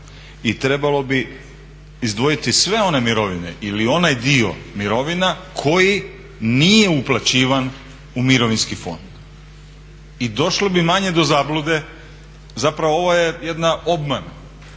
I trebalo bi izdvojiti sve one mirovine ili onaj dio mirovina koji nije uplaćivan u mirovinski fond i došli bi manje do zablude, zapravo ovo je jedna obmana,